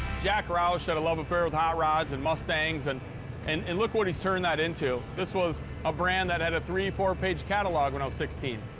jack roush had a love affair with hot rods and mustangs, and and and look what he's turned that into. this was a brand that had a three, four-page catalog when i was sixteen.